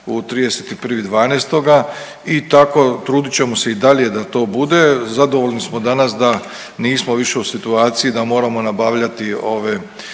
u 31.12. i tako trudit ćemo se i dalje da to bude. Zadovoljni smo danas da nismo više u situaciji da moramo nabavljati ove